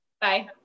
Bye